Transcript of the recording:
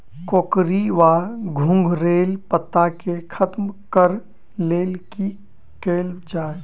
कोकरी वा घुंघरैल पत्ता केँ खत्म कऽर लेल की कैल जाय?